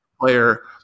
player